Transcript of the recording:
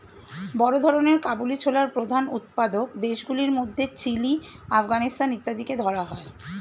বড় ধরনের কাবুলি ছোলার প্রধান উৎপাদক দেশগুলির মধ্যে চিলি, আফগানিস্তান ইত্যাদিকে ধরা হয়